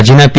રાજ્યના પી